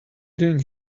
doing